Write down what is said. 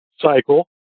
cycle